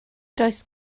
does